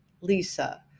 Lisa